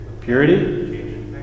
purity